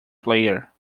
player